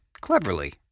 cleverly